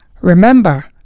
Remember